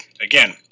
Again